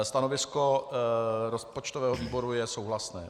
Stanovisko rozpočtového výboru je souhlasné.